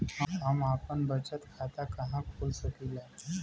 हम आपन बचत खाता कहा खोल सकीला?